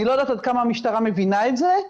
אני לא יודעת עד כמה המשטרה מבינה את זה,